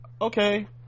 okay